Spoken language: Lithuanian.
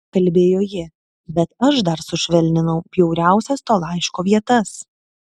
kalbėjo ji bet aš dar sušvelninau bjauriausias to laiško vietas